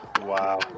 Wow